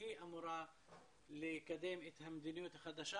שהיא אמורה לקדם את המדיניות החדשה,